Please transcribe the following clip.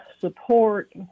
support